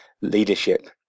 leadership